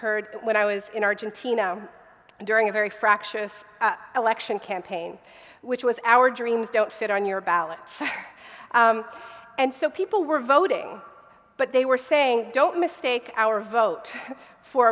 heard when i was in argentina during a very fractious election campaign which was our dreams don't fit on your ballots and so people were voting but they were saying don't mistake our vote for